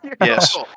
Yes